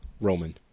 Roman